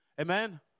Amen